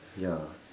ya